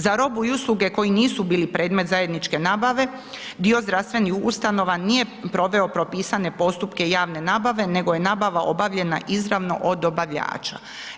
Za robu i usluge koji nisu bili predmet zajedničke nabave dio zdravstvenih ustanova nije proveo propisane postupke javne nabave, nego je nabava obavljena izravno od dobavljača.